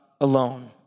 alone